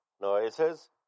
noises